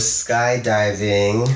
skydiving